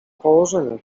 położenia